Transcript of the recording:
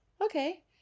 okay